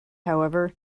however